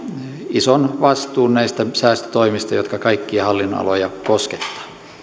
ison vastuun näistä säästötoimista jotka kaikkia hallinnonaloja koskettavat